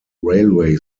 railway